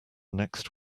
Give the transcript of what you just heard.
next